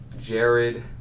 Jared